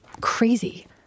crazy